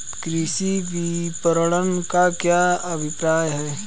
कृषि विपणन का क्या अभिप्राय है?